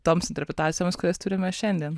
toms interpretacijoms kurias turime šiandien